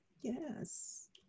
yes